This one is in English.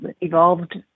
evolved